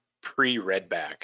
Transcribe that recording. pre-Redback